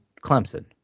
Clemson